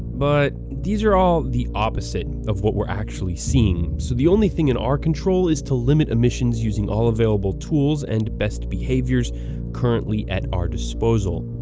but, these are all the opposite and of what we're actually seeing, so the only thing in our control is to limit emissions using all available tools and best behaviors currently at our disposal.